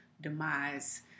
demise